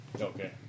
Okay